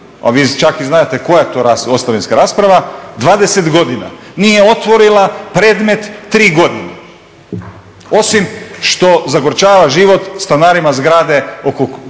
a vi čak i znate koja je to ostavinska rasprava, 20 godina. Nije otvorila predmet 3 godine. Osim što zagorčava život stanarima zgrade oko